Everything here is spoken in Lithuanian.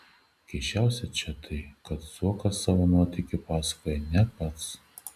keisčiausia čia tai kad zuokas savo nuotykį pasakoja ne pats